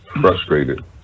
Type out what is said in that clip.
frustrated